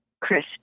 Chris